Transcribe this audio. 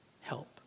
Help